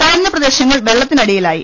താഴ്ന്ന പ്രദേശങ്ങൾ വെള്ളത്തിനടിയിലായി